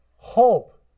Hope